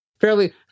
fairly